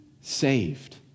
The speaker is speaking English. saved